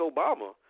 Obama